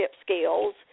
skills